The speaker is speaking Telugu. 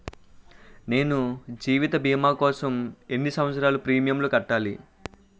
నేను జీవిత భీమా కోసం ఎన్ని సంవత్సారాలు ప్రీమియంలు కట్టాలి?